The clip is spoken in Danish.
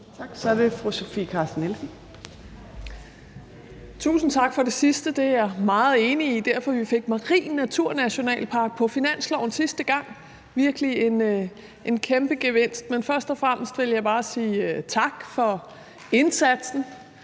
Kl. 19:14 Sofie Carsten Nielsen (RV): Tusind tak for det sidste. Det er jeg meget enig i. Det er derfor, vi fik marin naturnationalpark på finansloven sidste gang – det er virkelig en kæmpe gevinst. Men først og fremmest vil jeg bare sige tak for indsatsen.